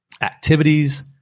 activities